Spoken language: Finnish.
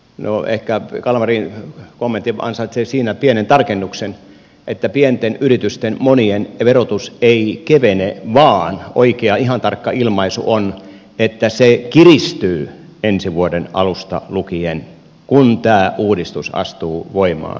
no ehkä kalmarin kommentti ansaitsee siinä pienen tarkennuksen että monien pienten yritysten verotus ei kevene mutta oikea ihan tarkka ilmaisu on että se kiristyy ensi vuoden alusta lukien kun tämä uudistus astuu voimaan